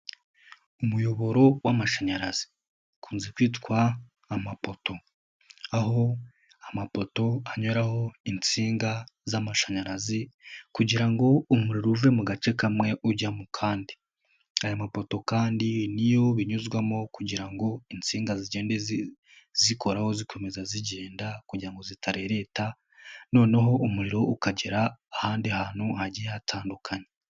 Umuyoboro w'amashanyarazi ukunze kwitwa amapoto, aho amapoto anyuraho insinga z'amashanyarazi kugira ngo umuriro uve mu gace kamwe ujya mu kandi, aya mapoto kandi ni yo binyuzwamo kugira ngo insinga zigende zikoraho zikomeza zigenda kugira ngo zitarereta noneho umuriro ukagera ahandi hantu hagiye hatandukanye.